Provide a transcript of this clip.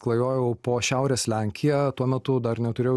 klajojau po šiaurės lenkiją tuo metu dar neturėjau